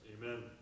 Amen